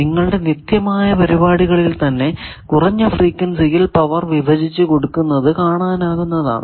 നിങ്ങളുടെ നിത്യമായ പരിപാടികളിൽ തന്നെ കുറഞ്ഞ ഫ്രീക്വൻസിയിൽ പവർ വിഭജിച്ചു കൊടുക്കുന്നത് കാണുന്നതാണ്